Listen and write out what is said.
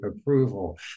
approval